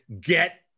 get